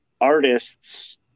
artists